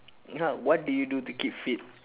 ya what did you do to keep fit